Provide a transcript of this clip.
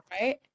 right